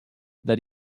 that